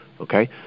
okay